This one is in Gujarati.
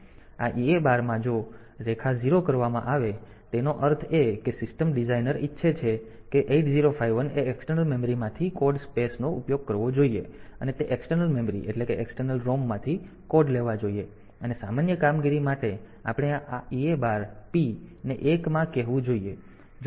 તેથી આ EA બાર માં જો આ રેખા 0 કરવામાં આવે તેનો અર્થ એ કે સિસ્ટમ ડિઝાઇનર ઇચ્છે છે કે 8051 એ એક્સટર્નલ મેમરી માંથી કોડ સ્પેસ નો ઉપયોગ કરવો જોઈએ અને તે એક્સટર્નલ મેમરી એટલે કે એક્સટર્નલ ROM માંથી કોડ લેવા જોઈએ અને સામાન્ય કામગીરી માટે આપણે આ EA બાર P ને 1 માં કહેવું જોઈએ